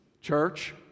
Church